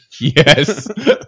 Yes